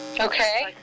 okay